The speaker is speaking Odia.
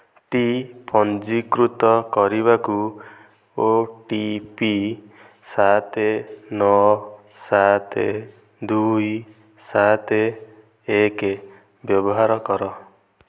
ଟି ପଞ୍ଜୀକୃତ କରିବାକୁ ଓ ଟି ପି ସାତ ନଅ ସାତ ଦୁଇ ସାତ ଏକ ବ୍ୟବହାର କର